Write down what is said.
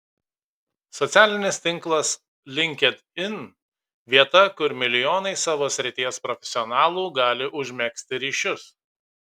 socialinis tinklas linkedin vieta kur milijonai savo srities profesionalų gali užmegzti ryšius